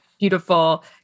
beautiful